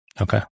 Okay